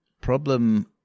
problem